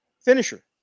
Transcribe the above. finisher